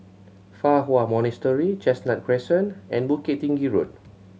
Fa Hua Monastery Chestnut Crescent and Bukit Tinggi Road